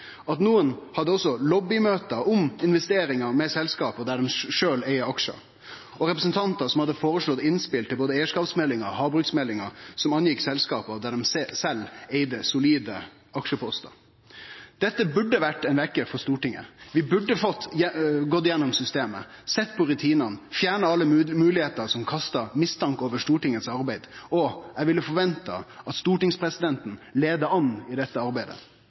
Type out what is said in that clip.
at nokon også hadde lobbymøte om investeringar med selskap der dei sjølve eig aksjar, og at representantar hadde føreslått innspel til både eigarskapsmeldinga og havbruksmeldinga som angjekk selskap der dei sjølve eigde solide aksjepostar. Dette burde vore ein vekkjar for Stortinget. Vi burde gått gjennom systemet, sett på rutinane og fjerna alle moglegheiter som kastar mistanke over arbeidet til Stortinget. Eg hadde forventa at stortingspresidenten var leiande i dette arbeidet,